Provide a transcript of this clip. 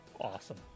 Awesome